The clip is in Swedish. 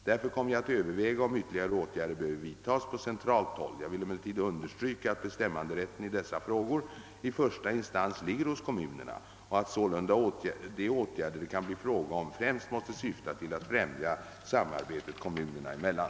Därefter kommer jag att överväga om ytterligare åtgärder behöver vidtas på centralt håll. Jag vill emellertid understryka, att bestämmanderätten i dessa frågor i första instans ligger hos kommunerna och att sålunda de åtgärder det kan bli fråga om främst måste syfta till att främja samarbetet kommunerna emellan.